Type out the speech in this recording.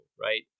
right